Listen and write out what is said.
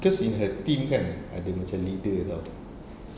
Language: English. because in her team kan ada macam leader [tau]